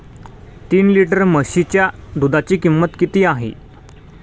तीन लिटर म्हशीच्या दुधाची किंमत किती आहे?